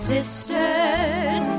Sisters